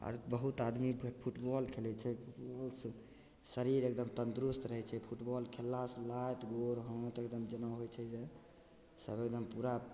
आओर बहुत आदमी फेर फुटबॉल खेलय छै ओहोसँ शरीर एकदम तन्दुरुस्त रहय छै फुटबॉल खेललासँ लात गोर हाथ एकदम जेना होइ छै जे सब एकदम पूरा